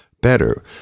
better